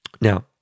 Now